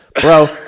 Bro